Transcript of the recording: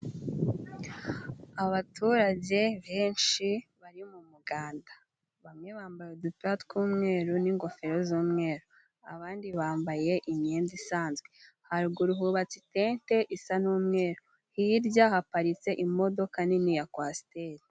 Abaturage benshi bari mu muganda. Bamwe bambaye udupira tw'umweru n'ingofero z'umweru. Abandi bambaye imyenda isanzwe. Haruguru hubatse itente isa n'umweru. Hirya haparitse imodoka nini ya kwasiteri.